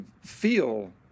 feel